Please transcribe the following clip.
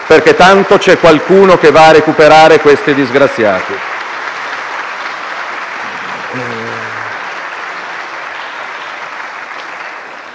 perché tanto c'è qualcuno che va a recuperare questi disgraziati.